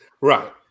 right